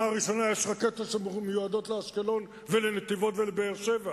הראשונה יש רקטות שמיועדות לאשקלון ולנתיבות ולבאר-שבע,